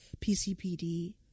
PCPD